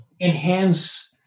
enhance